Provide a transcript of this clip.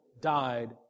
died